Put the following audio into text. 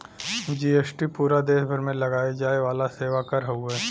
GST पूरा देस भर में लगाये जाये वाला सेवा कर हउवे